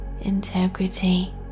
integrity